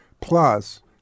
plus